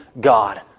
God